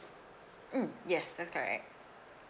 mm yes that's correct